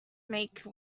make